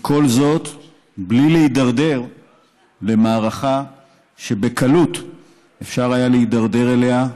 וכל זאת בלי להידרדר למערכה שבקלות היה אפשר להידרדר אליה.